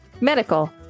Medical